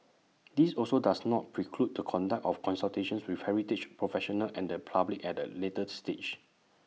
this also does not preclude the conduct of consultations with heritage professionals and the public at A later stage